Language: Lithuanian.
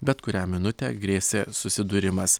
bet kurią minutę grėsė susidūrimas